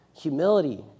humility